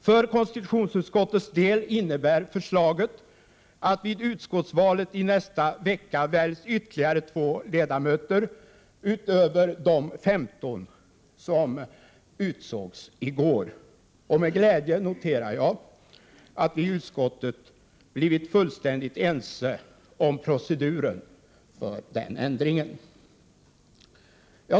För konstitutionsutskottets del innebär förslaget att ytterligare två ledamöter, utöver de 15 som utsågs i går, skall väljas vid utskottsvalet i nästa vecka. Jag noterar med glädje att vi i utskottet har blivit fullkomligt ense om proceduren för den ändringen.